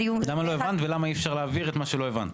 למה לא הבנת ולמה אי אפשר להעביר את מה שלא הבנת.